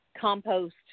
compost